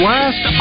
Last